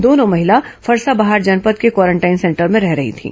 दोनों महिला फरसाबहार जनपद के क्वारेंटाइन सेंटर में रह रही थीं